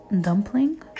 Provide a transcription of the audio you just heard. Dumpling